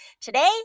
Today